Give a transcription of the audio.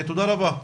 תודה רבה.